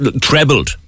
trebled